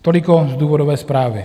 Toliko z důvodové zprávy.